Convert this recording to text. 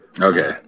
Okay